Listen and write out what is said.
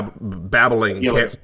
babbling